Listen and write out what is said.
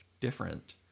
different